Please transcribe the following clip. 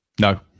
No